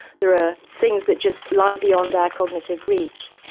there are things that just lie beyond our cognitive reach.